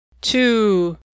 two